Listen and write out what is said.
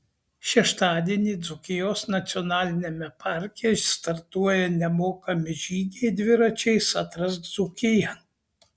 šeštadienį dzūkijos nacionaliniame parke startuoja nemokami žygiai dviračiais atrask dzūkiją